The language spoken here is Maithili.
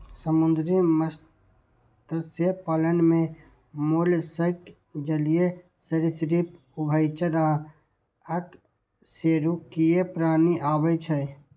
समुद्री मत्स्य पालन मे मोलस्क, जलीय सरिसृप, उभयचर आ अकशेरुकीय प्राणी आबै छै